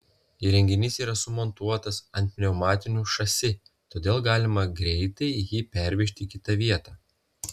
įrenginys yra sumontuotas ant pneumatinių šasi todėl galima greitai jį pervežti į kitą vietą